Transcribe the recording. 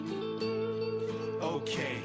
okay